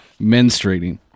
Menstruating